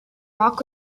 rock